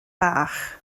bach